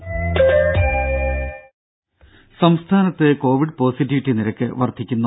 ദേദ സംസ്ഥാനത്ത് Covid positivity നിരക്ക് വർദ്ധിക്കുന്നു